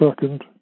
second